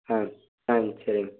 ஆ ஆ சரிங்க